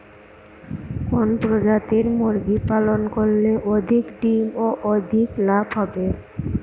কোন প্রজাতির মুরগি পালন করলে অধিক ডিম ও অধিক লাভ হবে?